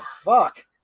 fuck